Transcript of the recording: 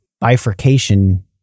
bifurcation